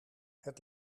het